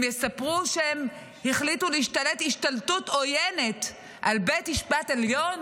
הם יספרו שהם החליטו להשתלט השתלטות עוינת על בית משפט עליון?